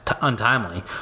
untimely